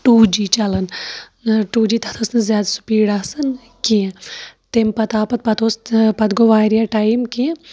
two G چلان two G تَتھ ٲسۍ نہٕ زیادٕ سِپیٖڈ آسان کیٚنہہ تَمہِ پَتہٕ آو پَتہٕ پَتہ اوس پَتہٕ گوٚو واریاہ ٹایم کہِ